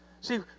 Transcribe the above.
See